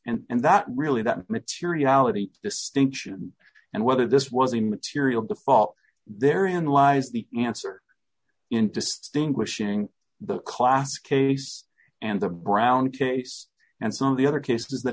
fault and that really that materiality distinction and whether this was a material default there in lies the answer in distinguishing the class case and the brown case and some of the other cases that